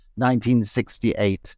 1968